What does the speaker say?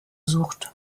sucht